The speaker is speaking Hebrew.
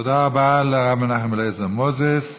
תודה רבה לרב מנחם אליעזר מוזס.